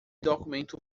documento